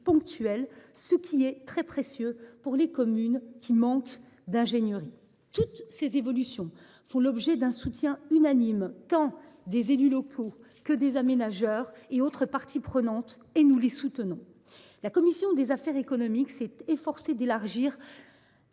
ponctuelles, ce qui est très précieux pour les communes manquant d’ingénierie. Toutes ces évolutions ont reçu un soutien unanime, tant des élus locaux que des aménageurs et autres parties prenantes. La commission des affaires économiques s’est efforcée d’élargir